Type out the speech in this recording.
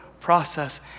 process